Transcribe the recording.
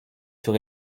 sur